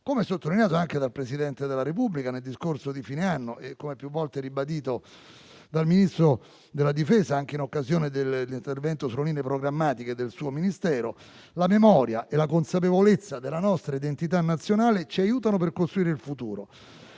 come sottolineato anche dal Presidente della Repubblica nel discorso di fine anno e come ribadito più volte dallo stesso Ministro della difesa nel corso dell'intervento sulle linee programmatiche del Ministero, la memoria e la consapevolezza della nostra identità nazionale ci aiutano a costruire il futuro.